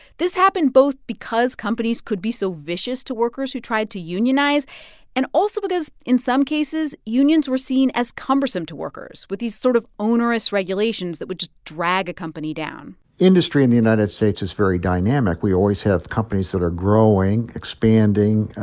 this happened both because companies could be so vicious to workers who tried to unionize and also because, in some cases, unions were seen as cumbersome to workers with these sort of onerous regulations that would just drag a company down industry in the united states is very dynamic. we always have companies that are growing, expanding,